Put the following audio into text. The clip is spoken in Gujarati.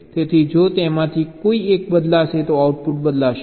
તેથી જો તેમાંથી કોઈ એક બદલાશે તો આઉટપુટ બદલાશે